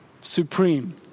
supreme